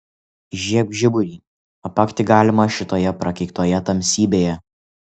įžiebk žiburį apakti galima šitoje prakeiktoje tamsybėje